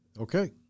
Okay